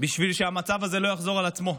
בשביל שהמצב הזה לא יחזור על עצמו.